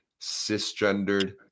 cisgendered